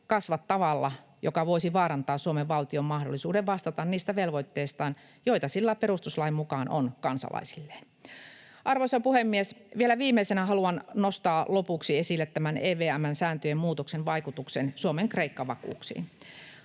kasva tavalla, joka voisi vaarantaa Suomen valtion mahdollisuuden vastata niistä velvoitteistaan, joita sillä perustuslain mukaan on kansalaisilleen. Arvoisa puhemies! Vielä viimeisenä haluan nostaa lopuksi esille tämän EVM:n sääntöjen muutoksen vaikutuksen Suomen Kreikka-vakuuksiin.